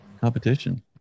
competition